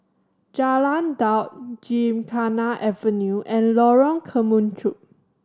Jalan Daud Gymkhana Avenue and Lorong Kemunchup